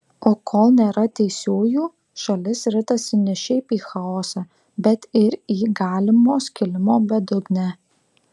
o kol nėra teisiųjų šalis ritasi ne šiaip į chaosą bet ir į galimo skilimo bedugnę